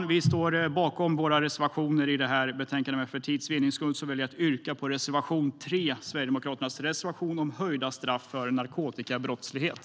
Vi i Sverigedemokraterna står bakom våra reservationer i betänkandet, men för tids vinnande väljer jag att yrka bifall endast till reservation 3 - Sverigedemokraternas reservation om höjda straff för narkotikabrottslighet.